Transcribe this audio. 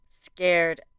scared